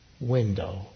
window